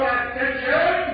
attention